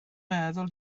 meddwl